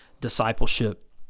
discipleship